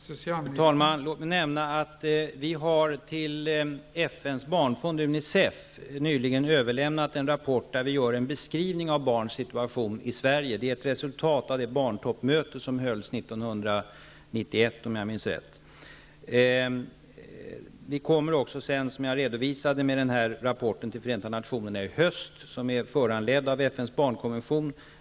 Fru talman! Låt mig nämna att vi har till FN:s barnfond UNICEF nyligen överlämnat en rapport där vi gör en beskrivning av barns situation i Sverige. Det är ett resultat av det barntoppmöte som hölls 1991, om jag minns rätt. Som jag redovisade, kommer vi i höst med en rapport till Förenta Nationerna som är föranledd av FN:s barnkonvention.